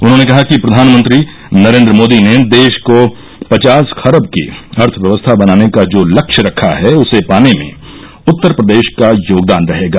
उन्होंने कहा कि प्रधानमंत्री नरेंद्र मोदी ने देश को पचास खरब की अर्थव्यवस्था बनाने का जो लक्ष्य रखा है उसे पाने में उत्तर प्रदेश का योगदान रहेगा